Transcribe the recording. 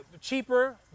cheaper